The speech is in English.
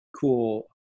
cool